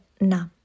na